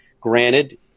granted